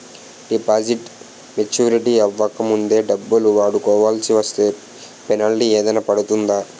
Deposit maturity అవ్వక ముందే డబ్బులు వాడుకొవాల్సి వస్తే పెనాల్టీ ఏదైనా పడుతుందా?